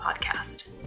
podcast